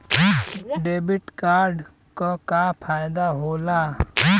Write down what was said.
Debit card क का फायदा हो ला?